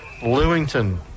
Lewington